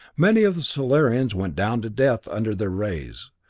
many of the solarians went down to death under their rays.